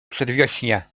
przedwiośnia